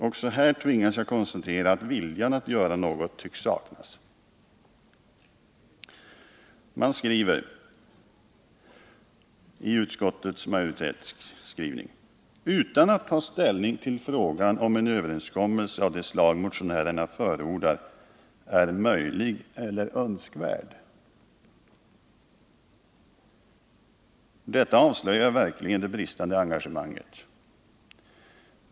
Också här tvingas jag konstatera att viljan att göra något tycks saknas. Utskottsmajoriteten skriver bl.a.: ”Utan att ta ställning till frågan om en överenskommelse av det slag motionärerna förordar är möjlig eller önskvärd att åstadkomma ifrågasätter utskottet om någon nämnvärd tid skulle vinnas med det tillvägagångssätt motionärerna förordar i förhållande till videogramutredningens arbete.” Detta avslöjar verkligen det bristande engagemanget.